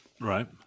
Right